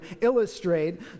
illustrate